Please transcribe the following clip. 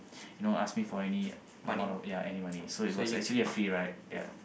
you know ask me for any amount of money so actually it was a free ride